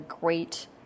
great